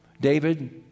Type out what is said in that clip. David